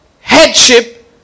headship